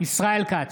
ישראל כץ,